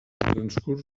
transcurs